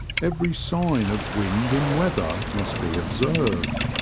every sign of wind and weather must be observed,